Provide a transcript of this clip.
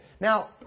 Now